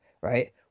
right